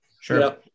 Sure